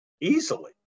easily